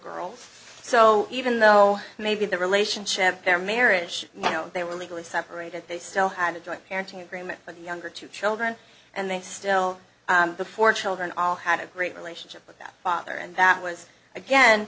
girls so even though maybe the relationship their marriage you know they were legally separated they still had a joint parenting agreement but the younger two children and they still the four children all had a great relationship with the father and that was